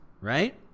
right